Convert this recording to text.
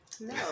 No